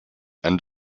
end